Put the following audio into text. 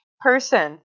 person